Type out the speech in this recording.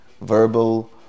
verbal